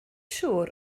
siŵr